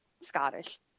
Scottish